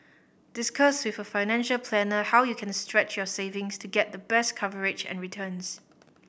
discuss with a financial planner how you can stretch your savings to get the best coverage and returns